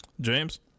James